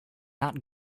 not